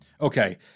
Okay